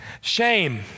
Shame